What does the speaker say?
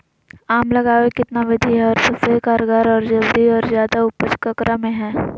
आम लगावे कितना विधि है, और सबसे कारगर और जल्दी और ज्यादा उपज ककरा में है?